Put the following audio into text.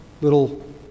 little